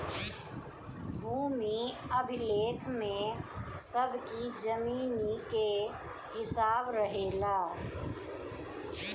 भूमि अभिलेख में सबकी जमीनी के हिसाब रहेला